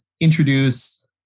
introduce